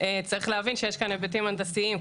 צריך להבין שיש כאן היבטים הנדסיים.